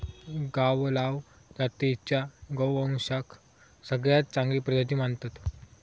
गावलाव जातीच्या गोवंशाक सगळ्यात चांगली प्रजाती मानतत